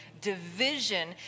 division